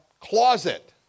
closet